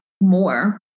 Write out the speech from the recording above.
more